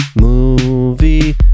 movie